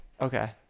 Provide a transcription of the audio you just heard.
Okay